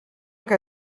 que